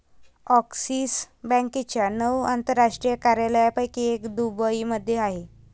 axis बँकेच्या नऊ आंतरराष्ट्रीय कार्यालयांपैकी एक दुबईमध्ये आहे